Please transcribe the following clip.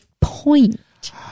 point